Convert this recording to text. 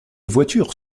voitures